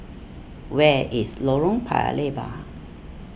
where is Lorong Paya Lebar